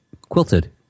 quilted